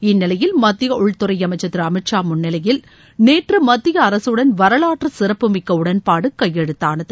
இந்நிலையில் மத்திய உள்துறை அமைச்சர் திரு அமித்ஷா முன்னிலையில் நேற்று மத்திய அரகடன் வரவாற்று சிறப்பு மிக்க உடன்பாடு கையெழுத்தானது